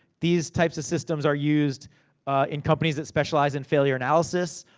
these types of systems are used in companies that specialize in failure analysis.